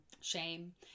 shame